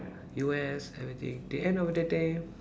U_S everything the end of the day